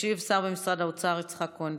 ישיב השר במשרד האוצר יצחק כהן.